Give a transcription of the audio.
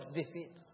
defeat